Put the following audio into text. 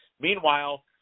Meanwhile